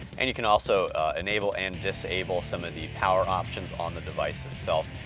and you can also enable and disable some of the power options on the device itself.